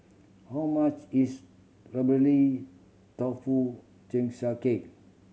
how much is strawberry tofu